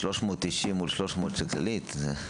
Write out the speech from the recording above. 390 מול 300 של קופת חולים כללית.